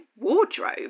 wardrobe